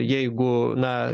jeigu na